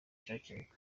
cyakemuka